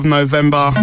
November